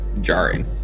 jarring